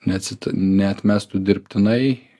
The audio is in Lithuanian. neatsit neatmestų dirbtinai